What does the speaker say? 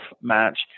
match